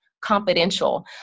confidential